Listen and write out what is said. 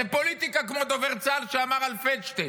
זה פוליטיקה כמו דובר צה"ל שאמר על פלדשטיין.